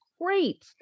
great